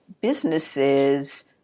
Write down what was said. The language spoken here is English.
businesses